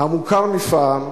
המוכר מפעם,